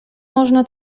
można